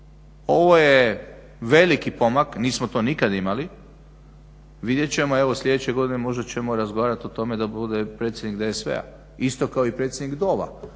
Ovo je veliki pomak, nismo to nikada imali. Vidjet ćemo. Evo sljedeće godine možda ćemo razgovarat o tome da bude predsjednik DSV-a isto kao i predsjednik